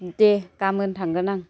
दे गाबोन थांगोन आं